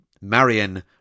Marion